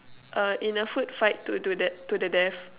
uh in a food fight to to that to the death